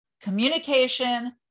communication